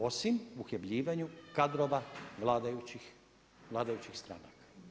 Osim u uhljebljivanju kadrova vladajućih stranaka.